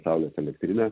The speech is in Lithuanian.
saulės elektrinę